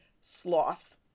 sloth